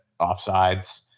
offsides